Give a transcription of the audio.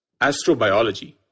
astrobiology